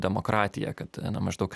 demokratija kad maždaug